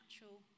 natural